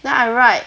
then I write